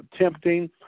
tempting